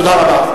תודה רבה.